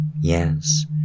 Yes